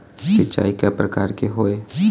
सिचाई कय प्रकार के होये?